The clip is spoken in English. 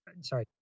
sorry